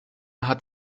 hat